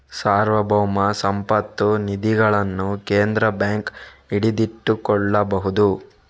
ಸಾರ್ವಭೌಮ ಸಂಪತ್ತು ನಿಧಿಗಳನ್ನು ಕೇಂದ್ರ ಬ್ಯಾಂಕ್ ಹಿಡಿದಿಟ್ಟುಕೊಳ್ಳಬಹುದು